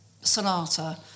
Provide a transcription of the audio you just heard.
Sonata